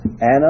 Anna